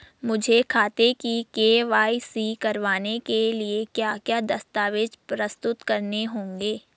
मुझे खाते की के.वाई.सी करवाने के लिए क्या क्या दस्तावेज़ प्रस्तुत करने होंगे?